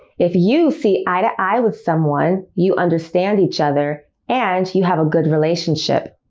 if you see eye-to-eye with someone, you understand each other and you have a good relationship.